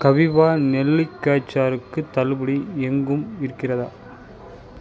கபீவா நெல்லிக்காய்ச் சாறுக்கு தள்ளுபடி எங்கும் இருக்கிறதா